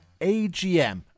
AGM